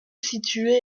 situé